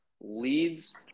leads